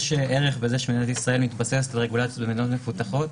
יש ערך בזה שמדינת ישראל מתבססת על רגולציות במדינות מפותחות.